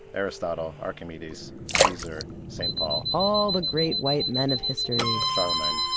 aristotle, archimedes, caesar, saint paul all the great white men of history charlemagne,